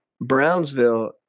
Brownsville